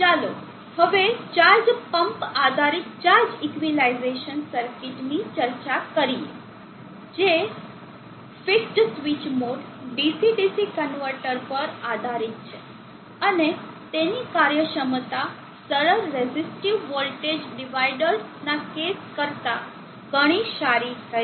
ચાલો હવે charge pump આધારિત ચાર્જ ઇક્વિલાઇઝેશન સર્કિટ ની ચર્ચા કરીએ જે fixed switch mode DC DC converter પર આધારિત છે અને તેથી કાર્યક્ષમતા સરળ રેઝિસ્ટિવ વોલ્ટેજ ડિવાઇડરર્સ ના કેસ કરતાં ઘણી સારી રહેશે